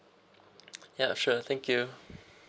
ya sure thank you